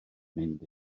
mynd